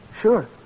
Sure